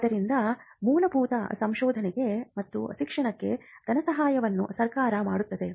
ಆದ್ದರಿಂದ ಮೂಲಭೂತ ಸಂಶೋಧನೆ ಮತ್ತು ಶಿಕ್ಷಣಕ್ಕೆ ಧನಸಹಾಯವನ್ನು ಸರ್ಕಾರ ಮಾಡುತ್ತದೆ